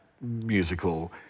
musical